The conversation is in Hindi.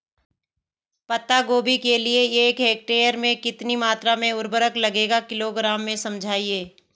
पत्ता गोभी के लिए एक हेक्टेयर में कितनी मात्रा में उर्वरक लगेगा किलोग्राम में समझाइए?